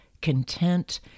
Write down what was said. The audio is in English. content